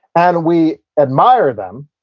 and we admire them,